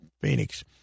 Phoenix